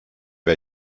wer